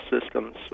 systems